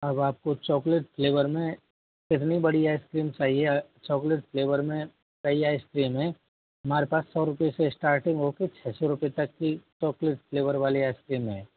अब आपको chocolate flavour में कितनी बड़ी आइस क्रीम चाहिए चॉकलेट फ्लेवर में चाहिए आइस क्रीम हैं हमारे पास सौ रुपये से स्टार्टिंग होकर छः सौ रुपए तक की चॉकलेट फ्लेवर वाली आइस क्रीम है